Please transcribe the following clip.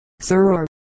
sir